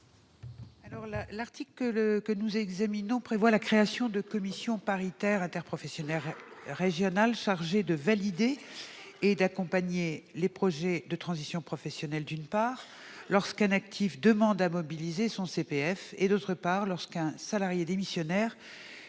L'article que nous examinons prévoit la création de commissions paritaires interprofessionnelles régionales chargées de valider et d'accompagner les projets de transition professionnelle, d'une part, lorsqu'un actif demande à mobiliser son CPF et, d'autre part, lorsqu'un salarié démissionnaire